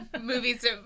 movies